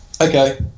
okay